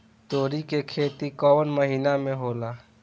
तोड़ी के खेती कउन महीना में होला?